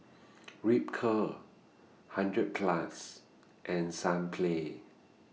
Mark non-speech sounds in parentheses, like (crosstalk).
(noise) Ripcurl hundred Plus and Sunplay